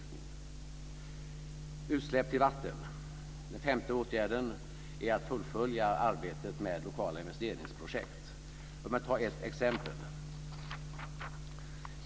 Vad gäller utsläpp till vatten är den femte åtgärden att fullfölja arbetet med lokala investeringsprojekt. Låt mig ta ett exempel.